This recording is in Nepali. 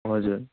हजुर